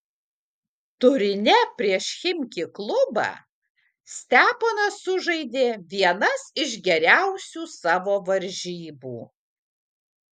turine prieš chimki klubą steponas sužaidė vienas iš geriausių savo varžybų